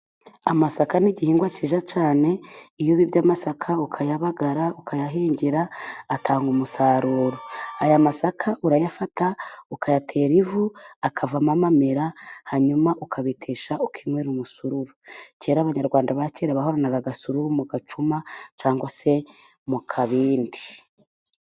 Amasaka ni igihingwa cyiza cyane. Iyo ubibye amasaka ukayabagara ukayahingira atanga umusaruro. Aya masaka urayafata ukayatera ivu, akavamo amamera hanyuma ukabetesha ukinywera umusururu. Kera Abanyarwanda ba kera bahoranaga agasururu mu gacuma cyangwa se mu kabindi.